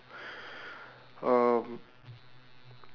um